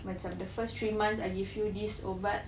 macam the first three months I give you this ubat